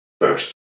first